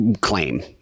claim